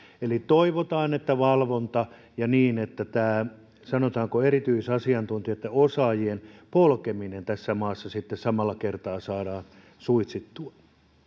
eli toivotaan että on valvontaa ja niin että tämä sanotaanko erityisasiantuntijoitten osaajien polkeminen tässä maassa sitten samalla kertaa saadaan suitsittua